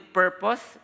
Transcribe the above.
purpose